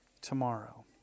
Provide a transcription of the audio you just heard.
tomorrow